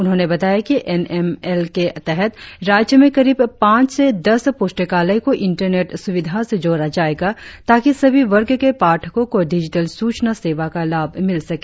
उन्होंने बताया कि एन एम एल के तहत राज्य में करीब पांच से दस पुस्तकालय को इंटरनेट सुविधा से जोड़ा जाएगा ताकि सभी वर्ग के पाठको को डिजिटल सूचना सेवा का लाभ मिल सके